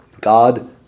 God